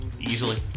easily